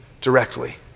directly